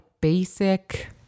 basic